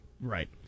Right